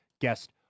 guest